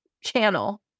channel